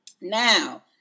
now